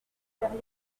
période